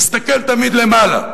להסתכל תמיד למעלה.